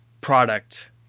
product